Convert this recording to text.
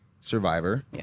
Survivor